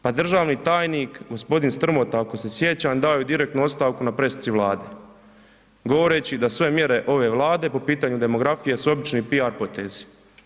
Pa državni tajnik gospodin Strmota ako se sjećam dao je direktnu ostavku na presici Vlade govoreći da sve mjere ove Vlade po pitanju demografije su obični PR potezi.